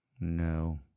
No